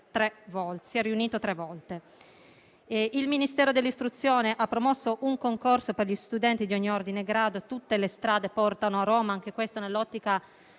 tre volte. Il Ministero dell'istruzione ha promosso un concorso per gli studenti di ogni ordine e grado, «Tutte le strade portano a Roma», anche questo nell'ottica